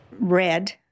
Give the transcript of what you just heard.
red